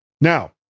Now